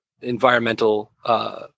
environmental